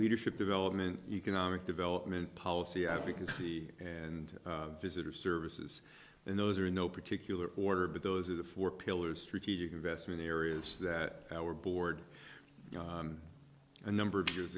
leadership development economic development policy advocacy and visitor services and those are in no particular order but those are the four pillars strategic investment areas that our board a number of years